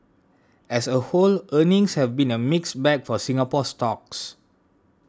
as a whole earnings have been a mixed bag for Singapore stocks